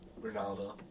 Ronaldo